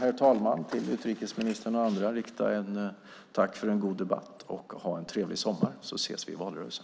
Jag vill till utrikesministern och andra rikta tack för en god debatt. Trevlig sommar, så ses vi i valrörelsen.